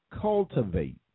cultivate